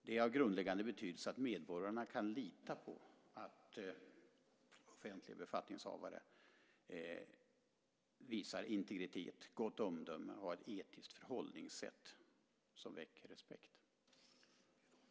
Det är av grundläggande betydelse att medborgarna kan lita på att offentliga befattningshavare visar integritet, gott omdöme och har ett etiskt förhållningssätt som väcker respekt.